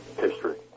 history